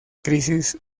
crisis